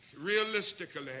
realistically